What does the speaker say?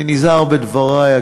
אני נזהר בדברי.